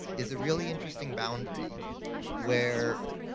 is a really interesting boundary where,